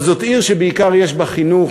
אבל זאת עיר שבעיקר יש בה חינוך,